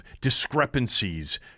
discrepancies